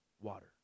Water